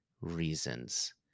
reasons